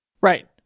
Right